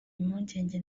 impungenge